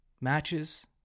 matches